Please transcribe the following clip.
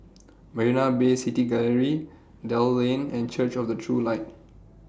Marina Bay City Gallery Dell Lane and Church of The True Light